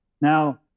Now